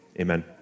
amen